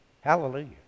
Hallelujah